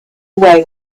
away